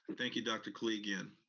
thank you dr. koligian.